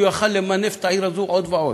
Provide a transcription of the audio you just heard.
היה יכול למנף אתו את העיר הזאת עוד ועוד.